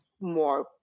more